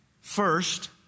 First